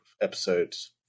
episodes